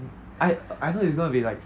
I I know it's gonna be like